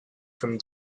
from